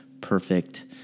perfect